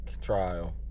trial